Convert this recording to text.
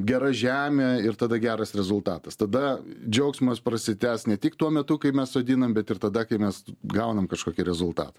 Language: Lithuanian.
gera žemė ir tada geras rezultatas tada džiaugsmas prasitęs ne tik tuo metu kai mes sodinam bet ir tada kai mes gaunam kažkokį rezultatą